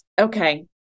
Okay